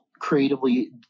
creatively